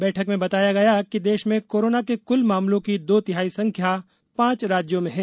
बैठक में बताया गया कि देश में कोरोना के कुल मामलों की दो तिहाई संख्या पांच राज्यों में है